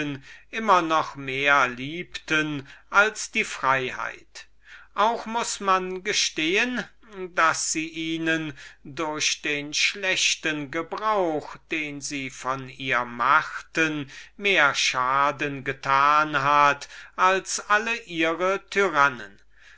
lustbarkeiten noch mehr liebten als diese freiheit und man muß gestehen daß sie ihnen durch den schlechten gebrauch den sie von ihr zu machen wußten mehr schaden getan hat als ihre tyrannen